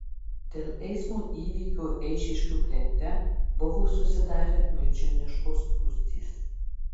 dėl eismo įvykio eišiškių plente buvo susidarę milžiniškos spūstys